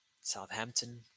Southampton